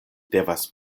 devas